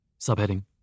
Subheading